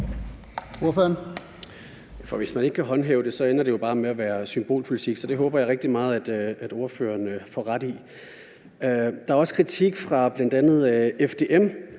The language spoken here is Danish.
Hvis man ikke kan håndhæve det, ender det jo bare med at være symbolpolitik, så det håber jeg rigtig meget at ordføreren får ret i. Der er også kritik fra bl.a.